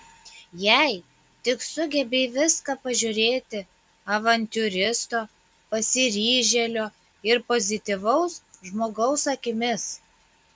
jei tik sugebi į viską pažiūrėti avantiūristo pasiryžėlio ir pozityvaus žmogaus akimis